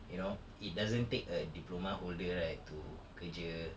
you know it doesn't take a diploma holder right to kerja